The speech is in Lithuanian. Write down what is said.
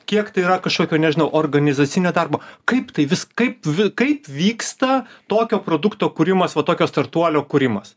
kiek tai yra kažkokio nežinau organizacinio darbo kaip tai vis kaip vi kaip vyksta tokio produkto kūrimas va tokio startuolio kūrimas